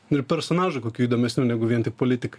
ir personažų kokių įdomesnių negu vien tik politikai